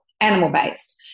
animal-based